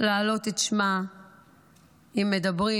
אם מדברים